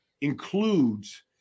includes